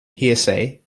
heresy